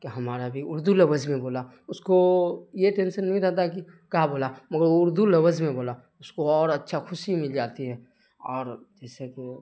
کہ ہمارا بھی اردو لفظ میں بولا اس کو یہ ٹینسن نہیں رہتا ہے کہ کا بولا مگر وہ اردو لفظ میں بولا اس کو اور اچھا خوشی مل جاتی ہے اور جیسا کہ